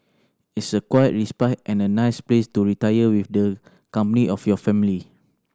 it's a quiet respite and a nice place to retire with the company of your family